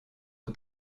aux